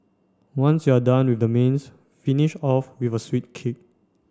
once you're done with the mains finish off with a sweet kick